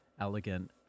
elegant